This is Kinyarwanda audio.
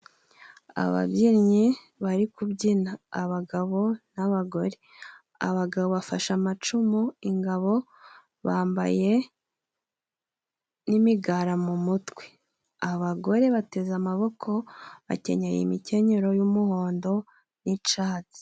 Ababyinnyi bari kubyina abagabo n'abagore, abagabo bafashe amacumu, ingabo ,bambaye n'imigara mu mutwe, abagore bateze amaboko bakeyaye imikenyero y'umuhondo n'icyatsi.